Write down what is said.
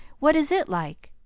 what is it like?